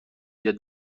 بیاد